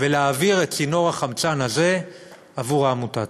ולהעביר את צינור החמצן הזה עבור העמותה.